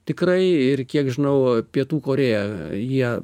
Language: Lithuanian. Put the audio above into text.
tikrai ir kiek žinau pietų korėja jie